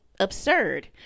absurd